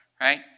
Right